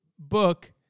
book